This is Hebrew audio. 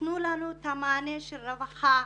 תנו לנו את המענה של רווחה,